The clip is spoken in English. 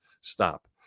stop